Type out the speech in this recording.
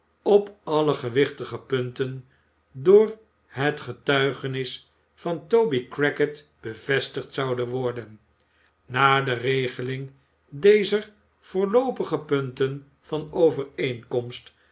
op alle gewichtige punten door het getuigenis van toby crackit bevestigd zouden worden na de regeling dezer voorloopige punten van overeenkomst